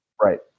Right